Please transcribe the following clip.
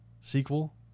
sequel